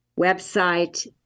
website